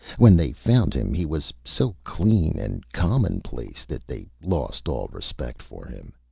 when they found him he was so clean and commonplace that they lost all respect for him.